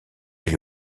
est